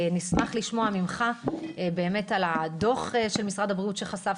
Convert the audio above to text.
נשמח לשמוע ממך על הדוח של משרד הבריאות שחשף